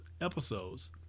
episodes